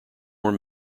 more